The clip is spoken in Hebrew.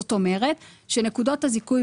זאת אומרת שנקודת הזיכוי,